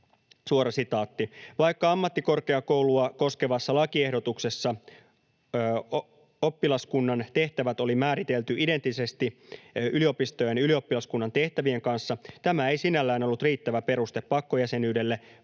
todetaan: ”Vaikka ammattikorkeakoulua koskevassa lakiehdotuksessa oppilaskunnan tehtävät oli määritelty identtisesti yliopistojen ja ylioppilaskunnan tehtävien kanssa, tämä ei sinällään ollut riittävä peruste pakkojäsenyydelle,